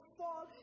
fall